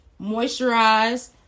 moisturize